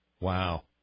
Wow